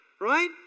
right